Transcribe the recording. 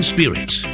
Spirits